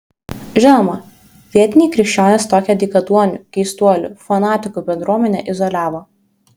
žinoma vietiniai krikščionys tokią dykaduonių keistuolių fanatikų bendruomenę izoliavo